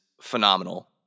phenomenal